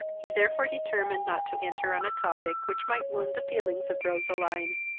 he therefore determined not to enter on a topic which might wound the feelings of roseline,